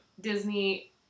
Disney